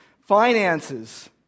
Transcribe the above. finances